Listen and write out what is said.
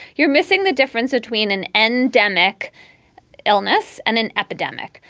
you're missing the difference between an endemic illness and an epidemic.